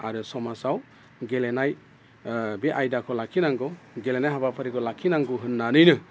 आरो समाजाव गेलेनाय बे आयदाखौ लाखिनांगौ गेलेनाय हाबाफारिखौ लाखिनांगौ होननानैनो